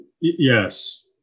Yes